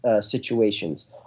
situations